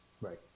Right